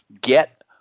get